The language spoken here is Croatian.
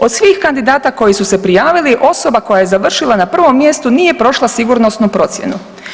Od svih kandidata koji su se prijavili osoba koja je završila na prvom mjestu nije prošla sigurnosnu procjenu.